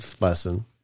lesson